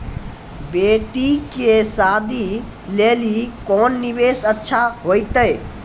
बेटी के शादी लेली कोंन निवेश अच्छा होइतै?